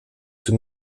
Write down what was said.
tout